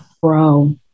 bro